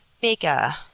bigger